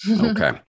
okay